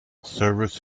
service